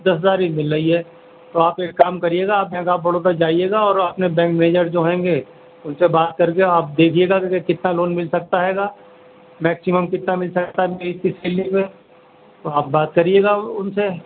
دس ہزار ہی مل رہی ہے تو آپ ایک کام کریے گا آپ بینک آف بڑودہ جائیے گا اور اپنے بینک مینج ر جو رہیں گے ان سے بات کر کے آپ دیکھییے گا کیونکہ کتنا لون مل سکتا ہے گا میکسیمم کتنا مل سکتا ہے اس سیلری میں تو آپ بات کریے گا ان سے